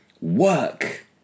Work